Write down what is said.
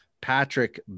Patrick